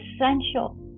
essential